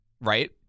right